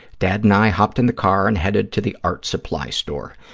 dad and i hopped in the car and headed to the art supply store.